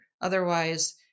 Otherwise